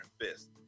fist